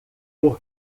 por